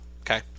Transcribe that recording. okay